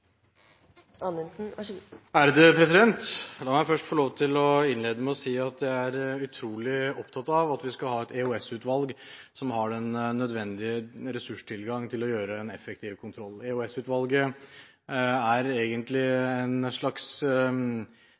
La meg først få lov til å innlede med å si at jeg er utrolig opptatt av at vi skal ha et EOS-utvalg som har den nødvendige ressurstilgang til å gjøre en effektiv kontroll. EOS-utvalget er egentlig en slags